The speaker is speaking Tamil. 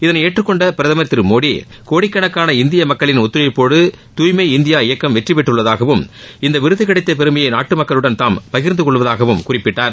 இதனை ஏற்றுக்கொண்ட பிரதமர் மோடி கோடிக்கணக்கான இந்திய மக்களின் ஒத்துழைப்போடு துய்மை இந்தியா இயக்கம் வெற்றி பெற்றுள்ளதாகவும் இந்த விருது கிடைத்த பெருமையை நாட்டு மக்களுடன் தாம் பகிர்ந்து கொள்வதாகவும் குறிப்பிட்டார்